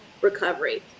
recovery